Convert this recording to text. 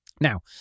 Now